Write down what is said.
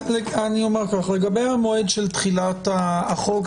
אני אומר כך: לגבי המועד של תחילת החוק,